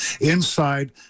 Inside